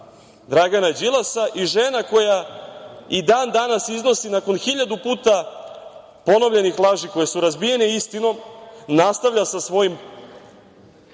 Dragana Đilasa i žena koja i dan danas iznosi, nakon hiljadu puta ponovljenih laži koje su razbijene istinom nastavlja sa svojim